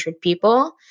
people